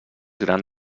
gran